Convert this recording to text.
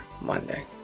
Monday